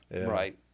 right